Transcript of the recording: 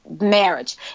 marriage